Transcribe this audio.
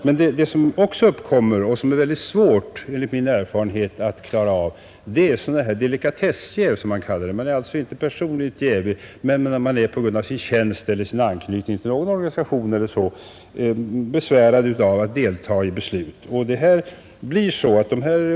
Men vad som enligt min erfarenhet är mycket svårt att klara av är delikatessjäv, som man kallar det. Vederbörande är alltså inte personligt jävig men på grund av sin tjänst eller sin anknytning till någon organisation e.d. besvärad av att delta i beslut.